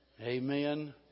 Amen